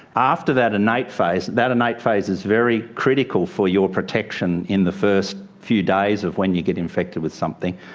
after that innate phase, that innate phase is very critical for your protection in the first few days of when you get infected with something,